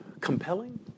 compelling